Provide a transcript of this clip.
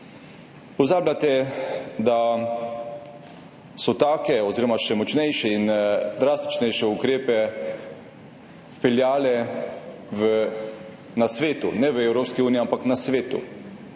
Pozabljate, da so take oziroma še močnejše in drastičnejše ukrepe vpeljali na svetu, ne v Evropski uniji, ampak na svetu,